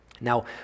Now